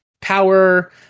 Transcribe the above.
power